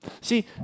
See